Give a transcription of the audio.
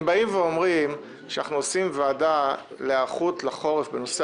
אם באים ואומרים שאנחנו עושים ועדה להיערכות לחורף בנושא